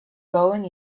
going